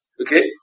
Okay